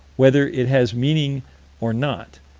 whether it has meaning or not,